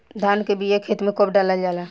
धान के बिया खेत में कब डालल जाला?